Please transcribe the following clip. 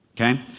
Okay